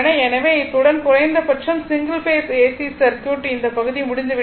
எனவே இத்துடன் குறைந்த பட்சம் சிங்கிள் பேஸ் ஏசி சர்க்யூட் இந்த பகுதி முடிந்துவிட்டது